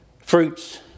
fruits